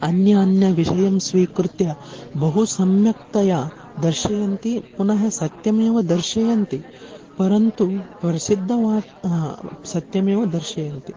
अन्यान्यविषयं स्विकृत्य बहु सम्यक्तया दर्शयन्ति पुनः सत्यमेव दर्शयन्ति परन्तु प्रसिद्धवाक्यं सत्यमेव दर्शयन्ति